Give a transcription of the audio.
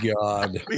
God